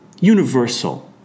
universal